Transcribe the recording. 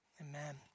Amen